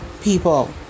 people